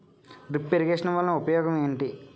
drip irrigation వలన ఉపయోగం ఏంటి